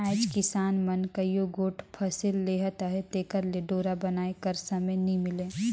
आएज किसान मन कइयो गोट फसिल लेहत अहे तेकर ले डोरा बनाए कर समे नी मिले